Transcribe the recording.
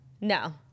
No